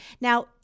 Now